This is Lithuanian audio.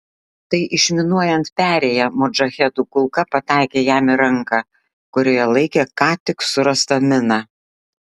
tai išminuojant perėją modžahedų kulka pataikė jam į ranką kurioje laikė ką tik surastą miną